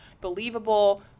believable